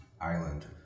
island